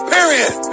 Period